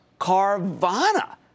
Carvana